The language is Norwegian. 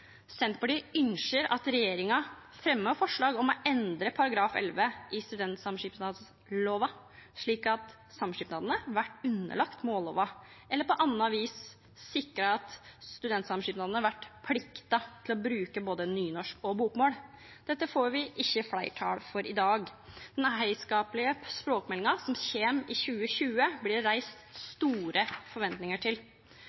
Senterpartiet ynskjer at regjeringa fremjar forslag om å endra § 11 i studentsamskipnadslova, slik at samskipnadene vert underlagde mållova, eller på anna vis sikrar at studentsamskipnadene vert plikta til å bruka både nynorsk og bokmål. Dette får vi ikkje fleirtal for i dag. Den heilskaplege språkmeldinga som kjem i 2020, vart det reist store forventningar til.